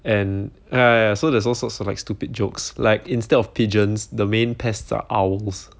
and ah ya ya so there's all sorts of like stupid jokes like instead of pigeons the main pests are owls